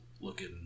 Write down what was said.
looking